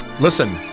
Listen